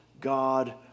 God